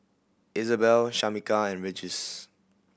Isabel Shamika and Regis